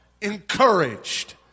encouraged